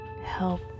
help